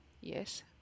Yes